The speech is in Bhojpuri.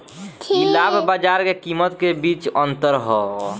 इ लाभ बाजार के कीमत के बीच के अंतर ह